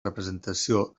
representació